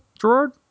Gerard